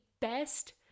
best